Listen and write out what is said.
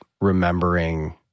remembering